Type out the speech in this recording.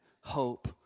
hope